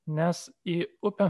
nes į upę